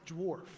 Dwarf